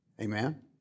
Amen